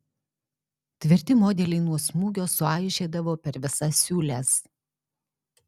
tvirti modeliai nuo smūgio suaižėdavo per visas siūles